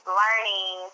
learning